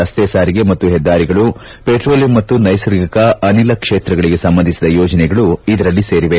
ರಸ್ತೆ ಸಾರಿಗೆ ಮತ್ತು ಹೆದ್ದಾರಿಗಳು ಪೆಟ್ರೋಲಿಯಂ ಮತ್ತು ನೈಸರ್ಗಿಕ ಅನಿಲ ಕ್ಷೇತ್ರಗಳಿಗೆ ಸಂಬಂಧಿಸಿದ ಯೋಜನೆಗಳು ಇದರಲ್ಲಿ ಸೇರಿವೆ